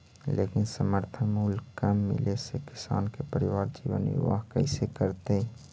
लेकिन समर्थन मूल्य कम मिले से किसान के परिवार जीवन निर्वाह कइसे करतइ?